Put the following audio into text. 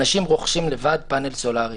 אנשים רוכשים לבד פאנל סולארי.